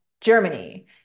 Germany